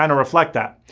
and reflect that.